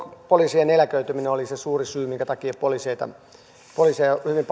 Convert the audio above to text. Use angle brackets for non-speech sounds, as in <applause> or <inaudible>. poliisien eläköityminen oli se suuri syy minkä takia poliiseja hyvin <unintelligible>